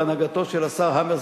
בהנהגתו של השר המר,